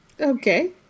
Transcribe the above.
Okay